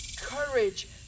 courage